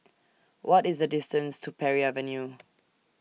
What IS The distance to Parry Avenue